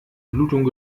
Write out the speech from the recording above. blutung